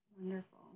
Wonderful